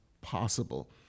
possible